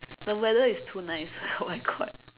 the weather is too nice oh my god